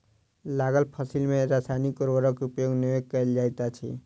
लागल फसिल में रासायनिक उर्वरक उपयोग नै कयल जाइत अछि